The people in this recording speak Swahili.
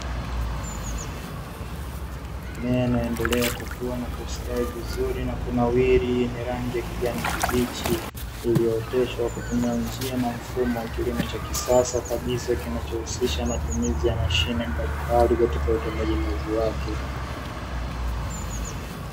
Mimea inayoendelea kukua na kustawi vizuri na kunawiri yenye rangi ya kijani kibichi, iliyooteshwa kwa kutumia njia na mfumo wa kilimo cha kisasa kabisa kinachohusisha matumizi ya mashine mbalimbali katika utendaji kazi wake.